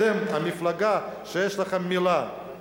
אתם, המפלגה שיש לכם מלה,